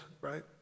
right